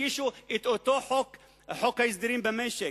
הגישו את אותו חוק הסדרים במשק,